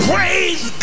Praise